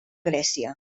grècia